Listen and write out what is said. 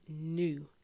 new